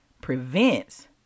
prevents